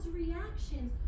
reactions